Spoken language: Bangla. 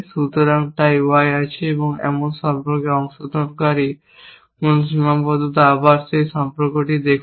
সুতরাং তাই Y আছে এমন সম্পর্কের অংশগ্রহনকারী কোনো সীমাবদ্ধতা আবার সেই সম্পর্কটিকে দেখুন